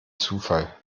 zufall